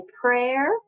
prayer